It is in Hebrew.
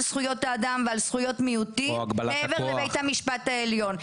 זכויות האדם ועל זכויות מיעוטים מעבר לבית המשפט העליון.